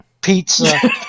Pizza